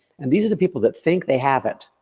and these are the people that think they have it.